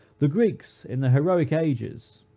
the greeks, in the heroic ages,